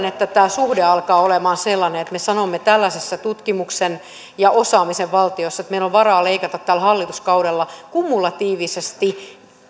että tämä suhde alkaa olemaan sellainen että me sanomme tällaisessa tutkimuksen ja osaamisen valtiossa että meillä on varaa leikata tällä hallituskaudella kumulatiivisesti